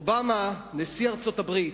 אובמה, נשיא ארצות-הברית,